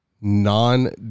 Non